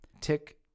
Tick